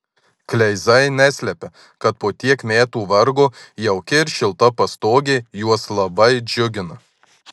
kleizai neslepia kad po tiek metų vargo jauki ir šilta pastogė juos labai džiugina